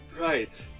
Right